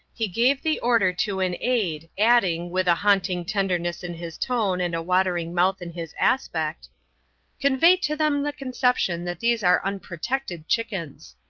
he gave the order to an aide, adding, with a haunting tenderness in his tone and a watering mouth in his aspect convey to them the conception that these are unprotected chickens.